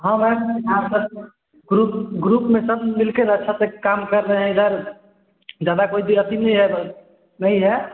हाँ मैम आपस में ग्रुप ग्रुप में सब मिलकर अच्छा से कम कर रहे हैं इधर ज़्यादा कोई दुरत्ती नहीं है मैम यही है